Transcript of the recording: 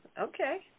okay